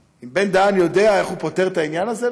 אם בן-דהן יודע איך הוא פותר את העניין הזה,